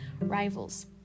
rivals